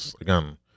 Again